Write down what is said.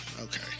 okay